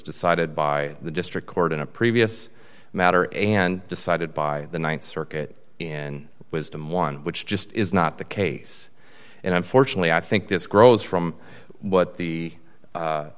decided by the district court in a previous matter and decided by the th circuit in wisdom one which just is not the case and unfortunately i think this grows from what the